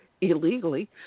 illegally